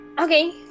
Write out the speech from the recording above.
okay